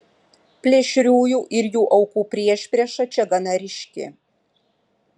plėšriųjų ir jų aukų priešprieša čia gana ryški